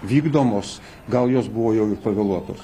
vykdomos gal jos buvo jau ir pavėluotos